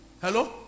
Hello